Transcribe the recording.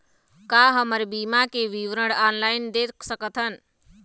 का हमर बीमा के विवरण ऑनलाइन देख सकथन?